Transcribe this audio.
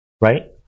right